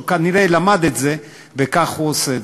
הוא כנראה למד את זה, וכך הוא עושה זאת.